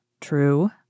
True